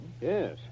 Yes